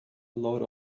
load